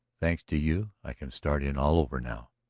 thanks to you i can start in all over now.